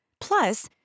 Plus